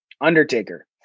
Undertaker